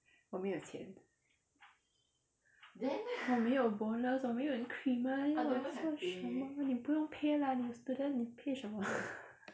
我没有钱我没有 bonus 我没有 increment 你不用 pay lah 你 student 你 pay 什么